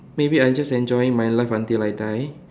maybe I just enjoying my life until I die